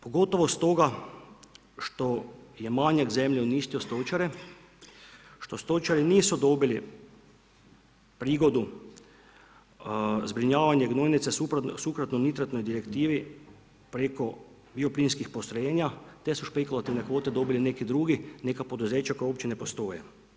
Pogotovo stoga što je manjak zemlje uništio stočare, što stočari nisu dobili prigodu zbrinjavanje gnojnice suprotno nitratnoj direktivi preko bioplinskih postrojenja, te su špekulativne kvote dobili neki drugi, neka poduzeća koja uopće ne postoje.